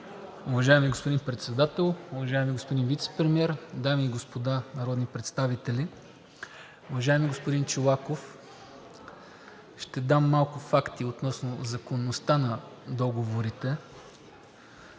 Уважаеми господин Председател, уважаеми господин Вицепремиер, дами и господа народни представители, уважаеми господин Чолаков! Ще дам малко факти относно законността на договорите.